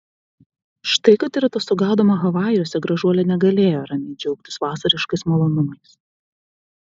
štai kad ir atostogaudama havajuose gražuolė negalėjo ramiai džiaugtis vasariškais malonumais